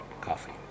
coffee